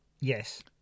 Yes